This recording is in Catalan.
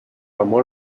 amor